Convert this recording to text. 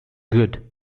good